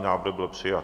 Návrh byl přijat.